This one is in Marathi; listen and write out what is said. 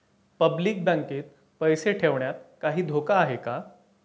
पब्लिक बँकेत पैसे ठेवण्यात काही धोका आहे का?